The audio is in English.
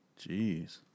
Jeez